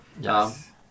yes